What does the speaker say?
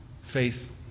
faith